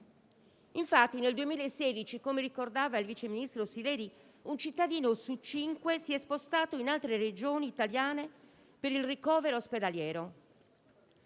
infatti, come ricordava il vice ministro Sileri, un cittadino su cinque si è spostato in altre Regioni italiane per il ricovero ospedaliero.